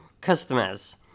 customers